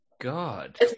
God